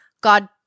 God